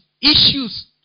issues